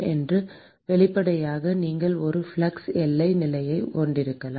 ஒன்று வெளிப்படையாக நீங்கள் ஒரு ஃப்ளக்ஸ் எல்லை நிலையைக் கொண்டிருக்கலாம்